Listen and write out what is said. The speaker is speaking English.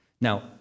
Now